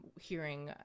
hearing